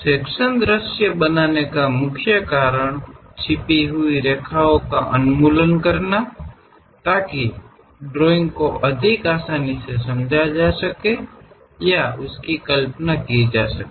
section दृश्य बनाने का मुख्य कारण छिपी हुई रेखाओं का उन्मूलन करना है ताकि एक ड्राइंग को अधिक आसानी से समझा जा सके या कल्पना की जा सके